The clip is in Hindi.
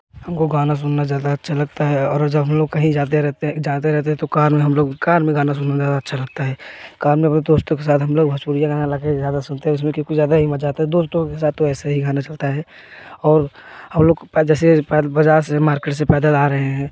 हमको गाना सुनना ज़्यादा अच्छा लगता है और जब हम लोग कहीं जाते रहते हैं जाते रहते हैं तो कान में हम लोग कार में गाना सुनना अच्छा लगता है काम में अपने दोस्तों के साथ हम लोग भोजपुरी गाना लाकर ज़्यादा सुनते हैं उसमें क्योंकि ज़्यादा ही मज़ा आता है दोस्तों के साथ तो ऐसा ही गाना चलता है और हम लोग जैसे बाज़ार से मार्केट से पैदल आ रहे हैं